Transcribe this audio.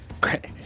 great